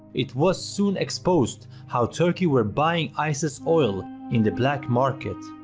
it was soon exposed how turkey were buying isis oil in the black market.